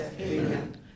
Amen